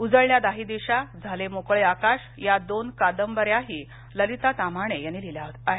उजळल्या दाही दिशा झाले मोकळे आकाश या दोन कादंबऱ्याही ललिता ताम्हाणे यांनी लिहिल्या आहेत